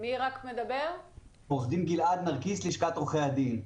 אני עורך דין גלעד נרקיס, מלשכת עורכי הדין.